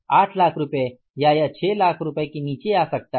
8 लाख रुपये या यह 6 लाख रुपये के नीचे आ सकता है